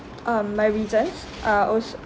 um my reasons are also